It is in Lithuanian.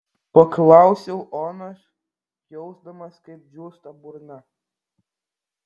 paklausiau onos jausdamas kaip džiūsta burna